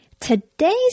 Today's